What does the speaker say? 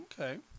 Okay